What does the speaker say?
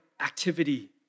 activity